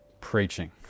Preaching